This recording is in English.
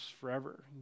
forever